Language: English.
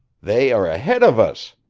they are ahead of us,